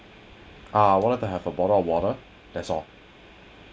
ah I wanted to have a bottle of water that's all